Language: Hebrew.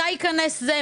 מתי ייכנס זה?